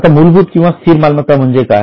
आता मूलभूत किंवा स्थिर मालमत्ता म्हणजे काय